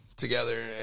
together